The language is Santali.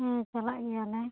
ᱦᱮᱸ ᱪᱟᱞᱟᱜ ᱜᱮᱭᱟ ᱞᱮ